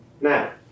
now